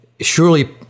surely